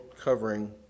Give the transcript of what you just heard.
covering